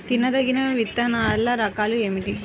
తినదగిన విత్తనాల రకాలు ఏమిటి?